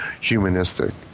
humanistic